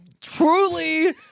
truly